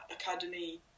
academy